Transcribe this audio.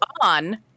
on